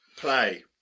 Play